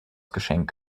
geschenk